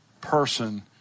person